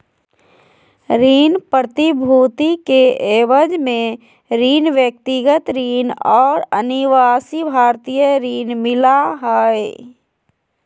ऋण प्रतिभूति के एवज में ऋण, व्यक्तिगत ऋण और अनिवासी भारतीय ऋण मिला हइ